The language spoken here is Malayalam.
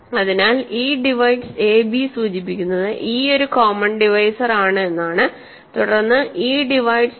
അതിനാൽ e ഡിവൈഡ്സ് a b സൂചിപ്പിക്കുന്നത് e ഒരു കോമൺ ഡിവൈസർ ആണ് എന്നാണ് തുടർന്ന് e ഡിവൈഡ്സ് d